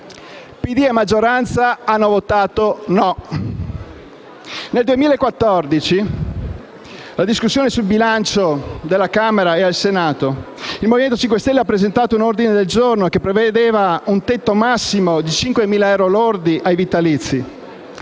PD e maggioranza hanno votato no. Nel 2014, durante la discussione sul bilancio della Camera e del Senato, il Movimento 5 Stelle ha presentato un ordine del giorno che prevedeva un tetto massimo di 5.000 euro lordi ai vitalizi.